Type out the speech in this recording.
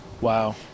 Wow